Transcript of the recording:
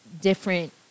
different